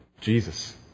Jesus